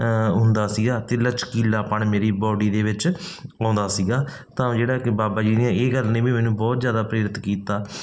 ਹੁੰਦਾ ਸੀਗਾ ਅਤੇ ਲਚਕੀਲਾਪਣ ਮੇਰੀ ਬਾਡੀ ਦੇ ਵਿੱਚ ਆਉਂਦਾ ਸੀਗਾ ਤਾਂ ਜਿਹੜਾ ਕਿ ਬਾਬਾ ਜੀ ਨੇ ਇਹ ਗੱਲ ਨੇ ਵੀ ਮੈਨੂੰ ਬਹੁਤ ਜ਼ਿਆਦਾ ਪ੍ਰੇਰਿਤ ਕੀਤਾ